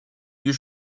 you